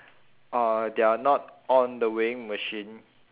uh they're not on the weighing machine